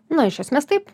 na iš esmės taip